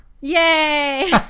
yay